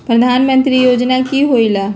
प्रधान मंत्री योजना कि होईला?